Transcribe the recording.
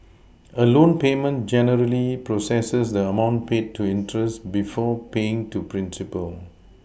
a loan payment generally processes the amount paid to interest before paying to principal